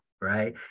Right